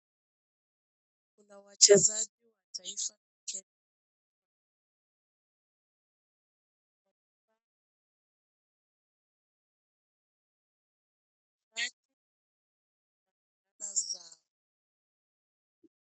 Kuna wachezaji wa taifa wa Kenya.